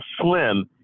slim